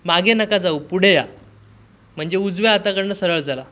मागे नका जाऊ पुढे या म्हणजे उजव्या हाताकडनं सरळ चला